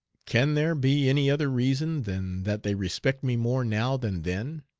can there be any other reason than that they respect me more now than then?